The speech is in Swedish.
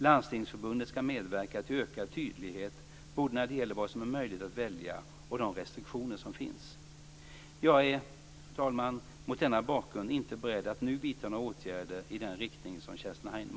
Landstingsförbundet skall medverka till ökad tydlighet både när det gäller vad som är möjligt att välja och de restriktioner som finns. Fru talman! Jag är mot denna bakgrund inte beredd att nu vidta några åtgärder i den riktning som